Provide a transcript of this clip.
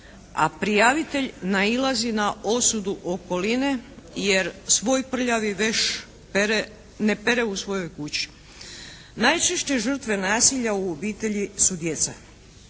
a prijavitelj nailazi na osudu okoline jer svoj prljavi veš ne pere u svojoj kući. Najčešće žrtve nasilja u obitelji su djeca.